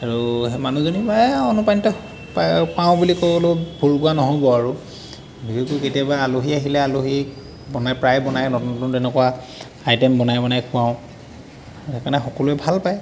আৰু সেই মানুহজনীৰ পৰাই অনুপ্ৰাণিত পায় পাওঁ বুলি ক'বলৈও ভুল কোৱা নহ'ব আৰু বিশেষকৈ কেতিয়াবা আলহী আহিলে আলহীক বনাই প্ৰায় বনাই নতুন নতুন তেনেকুৱা আইটেম বনাই বনাই খুৱাওঁ সেইকাৰণে সকলোৱে ভাল পায়